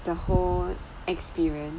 the whole experience